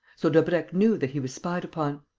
so daubrecq knew that he was spied upon!